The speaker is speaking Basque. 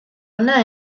ona